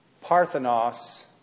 Parthenos